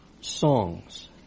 songs